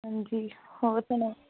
ਹਾਂਜੀ ਹੋਰ ਸੁਣਾਓ